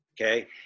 Okay